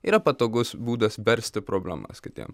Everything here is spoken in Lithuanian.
yra patogus būdas versti problemas kitiem